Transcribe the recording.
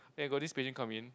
then got this patient come in